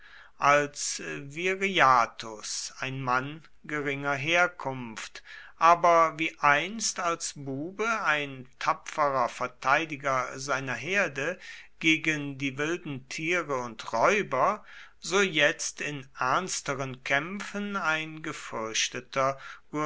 als viriathus ein mann geringer herkunft aber wie einst als bube ein tapferer verteidiger seiner herde gegen die wilden tiere und räuber so jetzt in ernsteren kämpfen ein gefürchteter